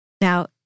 Now